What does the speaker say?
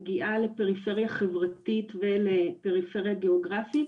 מגיעה לפריפריה חברתית ולפריפריה גיאוגרפית,